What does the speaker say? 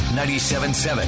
97.7